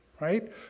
Right